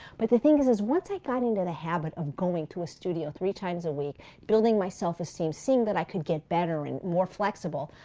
but the thing is is once i got into the habit of going to a studio three times a week building my self-esteem, seeing that i could get better and more flexible,